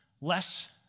less